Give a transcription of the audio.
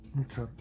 Okay